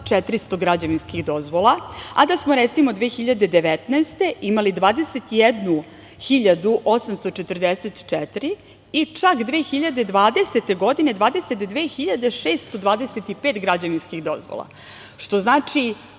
7.400 građevinskih dozvola, a da smo recimo 2019. godine imali 21.844 i čak 2020. godine 22.625 građevinskih dozvola, što znači